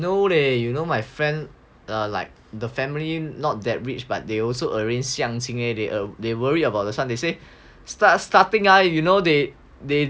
no leh you know my friend err like the family not that rich but they also arrange 相亲 leh they worry about the son they say start starting I you know they they